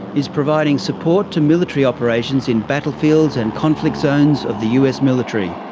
is providing support to military operations in battlefields and conflict zones of the us military.